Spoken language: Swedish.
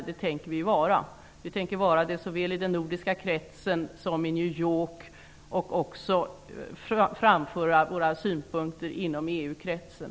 Det tänker vi vara i den nordiska kretsen och i New York. Vi tänker också framföra våra synpunker inom EU-kretsen.